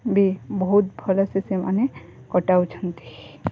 ବି ବହୁତ ଭଲ୍ସେ ସେମାନେ କଟାଉଛନ୍ତି